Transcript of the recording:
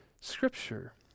scripture